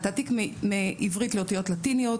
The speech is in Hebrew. התעתיק מעברית לאותיות לטיניות,